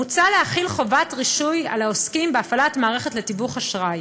מוצע להחיל חובת רישוי על העוסקים בהפעלת מערכת לתיווך באשראי.